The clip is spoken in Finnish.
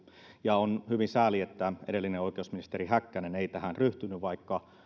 ja on hyvin sääli että edellinen oikeusministeri häkkänen ei tähän ryhtynyt vaikka